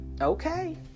okay